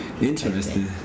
interesting